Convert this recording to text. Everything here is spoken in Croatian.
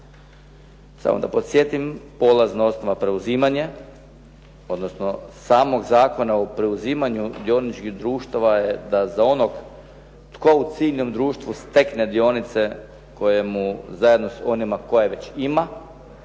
Samo da posjetim polazna osnova preuzimanje, odnosno samog Zakona o preuzimanju dioničkih društava je da za onog tko u civilnom društvu stekne dionice koje mu zajedno s onima koje već ima